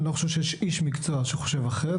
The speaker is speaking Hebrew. אני לא חושב שיש איש מקצוע שחושב אחרת,